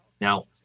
now